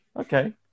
okay